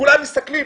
כולם מסתכלים,